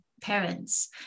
parents